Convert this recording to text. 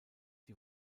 die